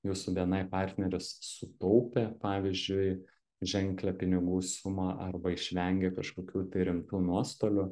jūsų bni partneris sutaupė pavyzdžiui ženklią pinigų sumą arba išvengė kažkokių rimtų nuostolių